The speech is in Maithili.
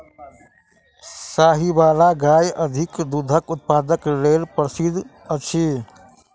साहीवाल गाय अधिक दूधक उत्पादन लेल प्रसिद्ध अछि